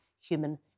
human